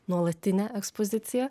nuolatinę ekspoziciją